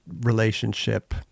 relationship